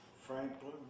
Franklin